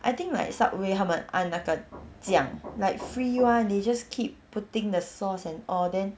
I think like subway 他们按那个酱 like free [one] they just keep putting the sauce and all then